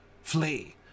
flee